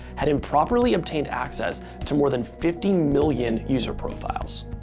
had improperly obtained access to more than fifty million user profiles.